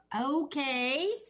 Okay